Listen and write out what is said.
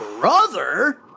brother